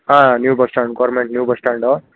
ಹಾಂ new bus stand government new bus stand